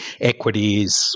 equities